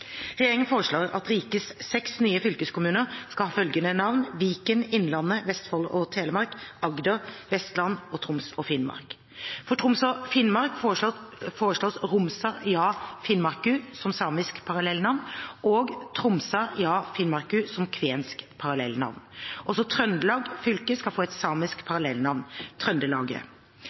Regjeringen foreslår at rikets seks nye fylkeskommuner skal ha følgende navn: Viken Innlandet Vestfold og Telemark Agder Vestland Troms og Finnmark For Troms og Finnmark foreslås Romsa ja Finnmárku som samisk parallellnavn og Tromssa ja Finmarkku som kvensk parallellnavn. Også Trøndelag fylke skal få et samisk parallellnavn,